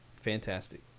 fantastic